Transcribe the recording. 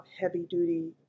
heavy-duty